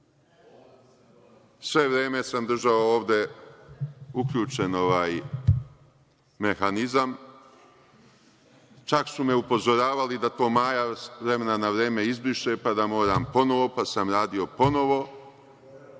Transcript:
Sve vreme sam držao ovde uključen mehanizam, čak su me upozoravali da to Maja s vremena na vreme izbriše, pa da moram ponovo, pa sam radio ponovo